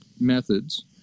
methods